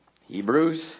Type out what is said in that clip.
Hebrews